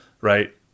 right